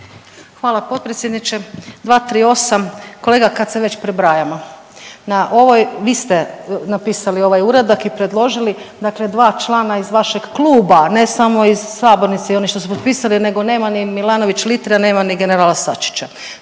Hvala potpredsjedniče. 238. kolega kad se već prebrajamo, vi ste napisali ovaj uradak i predložili dakle dva člana iz vašeg kluba, a ne samo iz sabornice i oni što su potpisali nego nema ni Milanović Litre, nema ni generala Sačića,